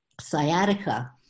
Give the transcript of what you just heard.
sciatica